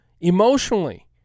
emotionally